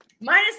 Minus